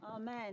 Amen